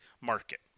market